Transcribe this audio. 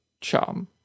charm